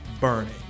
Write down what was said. Burning